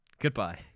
Goodbye